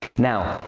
now,